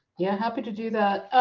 yeah, happy to do that.